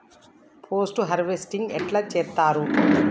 Post harvesting ఎట్ల చేత్తరు?